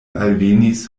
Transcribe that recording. alvenis